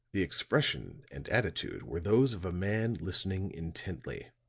the expression and attitude were those of a man listening intently.